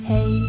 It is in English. Hey